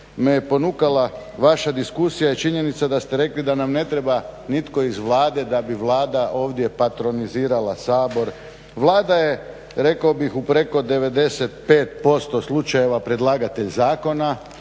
me je ponukala vaša diskusija je činjenica da ste rekli da nam ne treba nitko iz Vlade da bi Vlada ovdje patronizirala Sabor. Vlada je rekao bih u preko 95% slučajeva predlagatelj zakona,